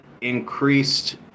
increased